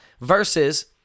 versus